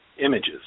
images